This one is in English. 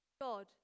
God